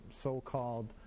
so-called